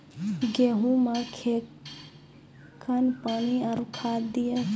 गेहूँ मे कखेन पानी आरु खाद दिये?